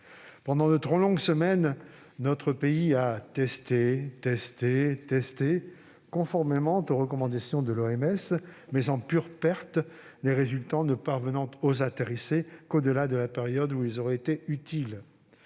Pendant de trop longues semaines, notre pays a testé, testé, testé, conformément aux recommandations de l'OMS, mais en pure perte, les résultats ne parvenant aux intéressés qu'une fois achevée la période où ils auraient été utiles.